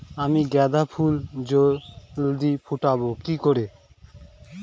আমি গাঁদা ফুল জলদি ফোটাবো কি করে?